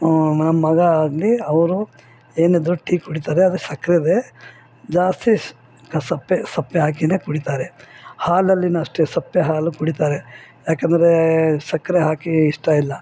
ನಮ್ಮ ಮಗ ಆಗಲಿ ಅವರು ಏನಿದ್ರು ಟೀ ಕುಡಿತಾರೆ ಅದು ಸಕ್ಕರೆದೆ ಜಾಸ್ತಿ ಸಪ್ಪೆ ಸಪ್ಪೆ ಹಾಕಿನೇ ಕುಡಿತಾರೆ ಹಾಲಲ್ಲಿ ಅಷ್ಟೇ ಸಪ್ಪೆ ಹಾಲು ಕುಡಿತಾರೆ ಯಾಕಂದರೆ ಸಕ್ಕರೆ ಹಾಕಿ ಇಷ್ಟ ಇಲ್ಲ